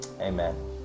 Amen